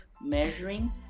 measuring